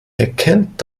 erkennt